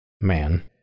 man